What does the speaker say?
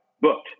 booked